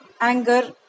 anger